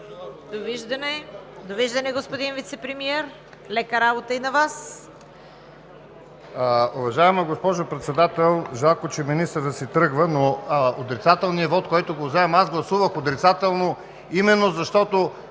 Довиждане, господин Вицепремиер. Лека работа и на Вас!